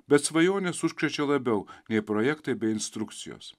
bet svajonės užkrečia labiau nei projektai bei instrukcijos